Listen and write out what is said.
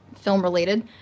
film-related